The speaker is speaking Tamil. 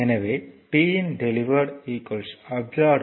எனவே P இன் டெலிவ்ர்ட் அப்சார்ப்டு